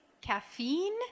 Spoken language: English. caffeine